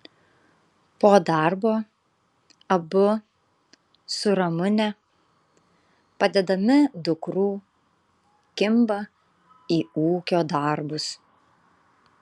po darbo abu su ramune padedami dukrų kimba į ūkio darbus